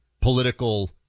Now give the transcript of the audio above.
political